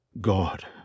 God